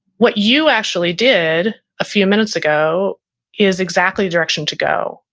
what you actually did a few minutes ago is exactly direction to go,